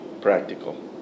Practical